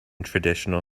traditional